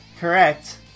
Correct